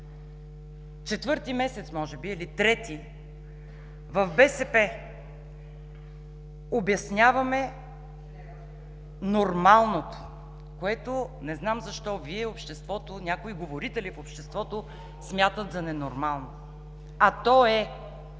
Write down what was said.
четвърти месец в БСП обясняваме нормалното, което не знам защо Вие, обществото, някои говорители в обществото смятат за ненормално, а то е